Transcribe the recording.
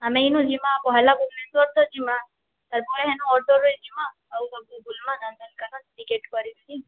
ଆମେ ଇନୁ ଯିମା ପହେଲା ଭୁବନେଶ୍ୱର୍ ତ ଯିମା ତା'ର୍ପରେ ହେନୁ ଅଟୋରେ ଯିମା ଆଉ ବୁଲ୍ମା ନନ୍ଦନକାନନ୍ ଟିକେଟ୍ କରିକରି